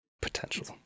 potential